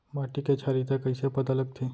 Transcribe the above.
माटी के क्षारीयता कइसे पता लगथे?